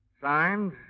Signed